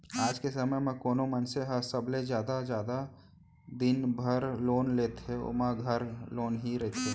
आज के समे म कोनो मनसे ह सबले जादा जादा दिन बर लोन लेथे ओमा घर लोन ही रथे